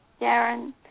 Darren